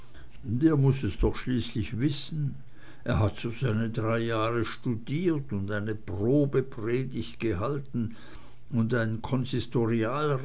der muß es doch schließlich wissen er hat so seine drei jahre studiert und eine probepredigt gehalten und ein